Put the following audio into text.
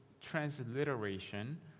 transliteration